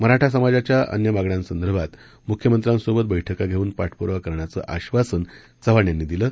मराठा समाजाच्या अन्य मागण्यांसंदर्भात मुख्यमंत्र्यांसोबत बैठका घेऊन पाठपुरावा करण्याचं आश्वासन चव्हाण यांनी दिलं